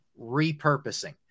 repurposing